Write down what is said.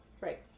Right